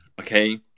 okay